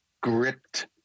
gripped